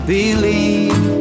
believe